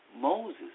Moses